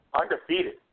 undefeated